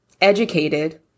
educated